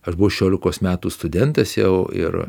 aš buvau šešiolikos metų studentas jau ir